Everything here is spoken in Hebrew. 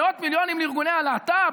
מאות מיליונים לארגוני הלהט"ב,